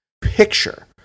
picture